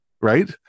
right